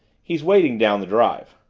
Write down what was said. he's waiting down the drive.